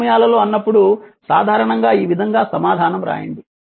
అన్ని సమయాలలో అన్నప్పుడు సాధారణంగా ఈ విధంగా సమాధానం రాయండి